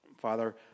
Father